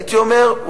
הייתי אומר,